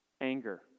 Anger